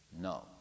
No